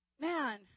man